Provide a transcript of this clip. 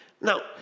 Now